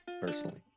personally